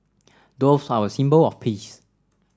doves are a symbol of peace